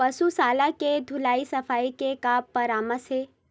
पशु शाला के धुलाई सफाई के का परामर्श हे?